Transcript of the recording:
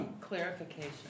Clarification